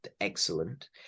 excellent